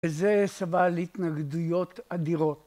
וזה סבל התנגדויות אדירות.